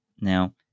now